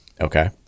Okay